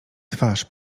twarz